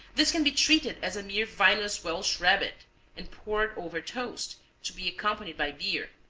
this can be treated as a mere vinous welsh rabbit and poured over toast, to be accompanied by beer.